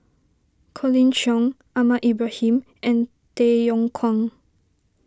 Colin Cheong Ahmad Ibrahim and Tay Yong Kwang